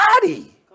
body